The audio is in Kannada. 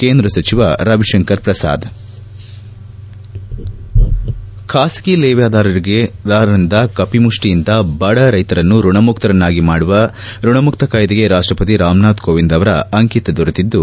ಕೇಂದ್ರ ಸಚಿವ ರವಿಶಂಕರ್ ಪ್ರಸಾದ್ ಖಾಸಗಿ ಲೇವಾದೇವಿಗಾರರ ಕಪಿಮುಷ್ಟಿಯಿಂದ ಬಡ ರೈತರನ್ನು ಋಣಮುಕ್ತರನ್ನಾಗಿ ಮಾಡುವ ಋಣಮುಕ್ತ ಕಾಯ್ಲೆಗೆ ರಾಷ್ಟಪತಿ ರಾಮನಾಥ್ ಕೋವಿಂದ್ ಅವರ ಅಂಕಿತ ದೊರೆತಿದ್ದು